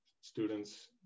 students